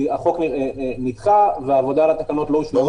כי החוק נדחה והעבודה על התקנות לא הושלמה,